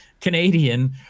Canadian